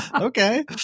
Okay